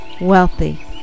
wealthy